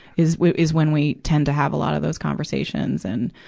is when is when we tend to have a lot of those conversations. and,